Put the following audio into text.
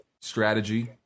strategy